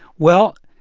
well,